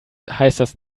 heißt